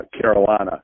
Carolina